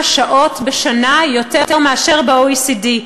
254 שעות בשנה יותר מאשר ב-OECD,